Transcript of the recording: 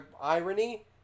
irony